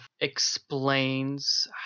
explains